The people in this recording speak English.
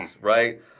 right